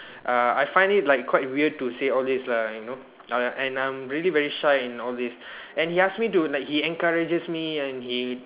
err I find it like quite weird to say all this lah you know uh and I'm really very shy in all these and he ask me to like he encourages me and he